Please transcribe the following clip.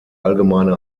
allgemeine